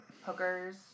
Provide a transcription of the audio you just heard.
Hookers